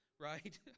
right